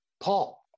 paul